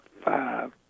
five